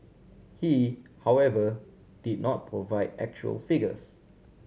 he however did not provide actual figures